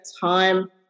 time